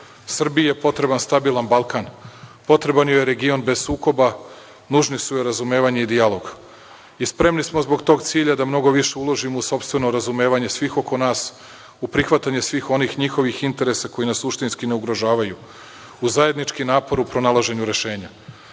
Srbiji je potreban stabilan Balkan. Potreban joj je region bez sukoba, nužni su joj razumevanje i dijalog. Spremni smo zbog tog cilja da mnogo više uložimo u sopstveno razumevanje svih oko nas, u prihvatanje svih onih njihovih interesa koji nas suštinski ugrožavaju, uz zajednički napor u pronalaženju rešenja. Spremni